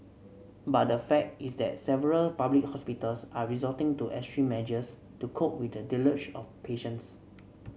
but the fact is that several public hospitals are resorting to extreme measures to cope with the deluge of patients